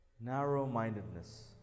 Narrow-mindedness